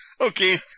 Okay